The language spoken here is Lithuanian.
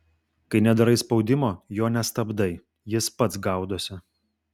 kai nedarai spaudimo jo nestabdai jis pats gaudosi